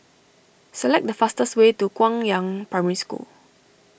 select the fastest way to Guangyang Primary School